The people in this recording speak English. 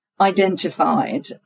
identified